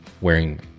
wearing